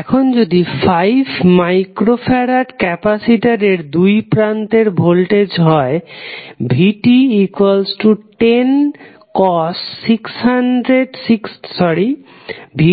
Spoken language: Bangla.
এখন যদি 5μF ক্যাপাসিটরের দুই প্রান্তের ভোল্টেজ হয় vt106000t V